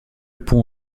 pont